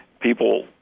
people